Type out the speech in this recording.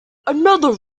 another